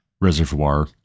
Reservoir